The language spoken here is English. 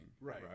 Right